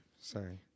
Sorry